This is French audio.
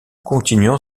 continuant